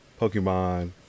Pokemon